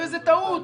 וזו טעות.